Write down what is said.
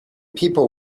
people